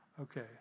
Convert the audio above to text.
okay